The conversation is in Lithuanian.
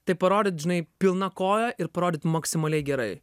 tai parodyt žinai pilna koja ir parodyt maksimaliai gerai